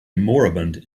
moribund